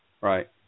Right